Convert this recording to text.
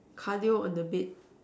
cardio on the bed